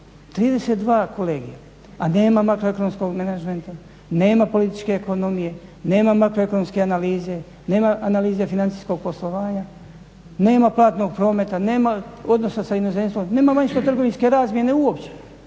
32 kolegija, a nema makroekonomskog menadžmenta, nema političke ekonomije, nema makroekonomske analize, nema analize financijskog poslovanja, nema platnog prometa, nema odnosa sa inozemstvom, nema vanjsko trgovinske razmjene uopće,